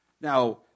Now